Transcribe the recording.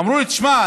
ואמרו לי: תשמע,